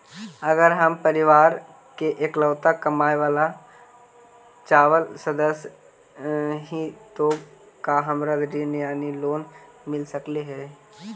अगर हम परिवार के इकलौता कमाने चावल सदस्य ही तो का हमरा ऋण यानी लोन मिल सक हई?